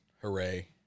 Hooray